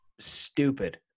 stupid